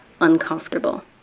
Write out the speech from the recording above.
uncomfortable